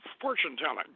fortune-telling